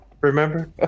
Remember